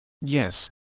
Yes